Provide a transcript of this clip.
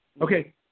Okay